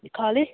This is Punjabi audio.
ਖਾਲੇ